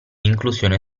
inclusione